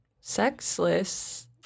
sexless